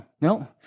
no